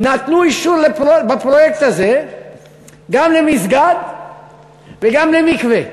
נתנו אישור בפרויקט הזה גם למסגד וגם למקווה